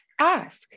Ask